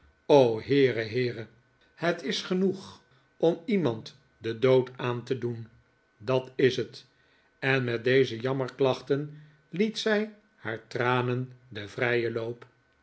o heere heere het is gehoeg om iemand den dood aan te doen dat is het en met deze jammerklachten liet zij haar tranen den vrijen loop